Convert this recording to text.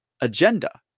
agenda